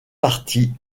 partie